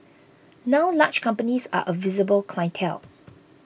now large companies are a visible clientele